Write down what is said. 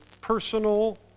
personal